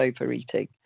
overeating